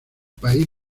país